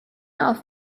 auf